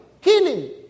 killing